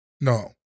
No